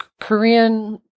Korean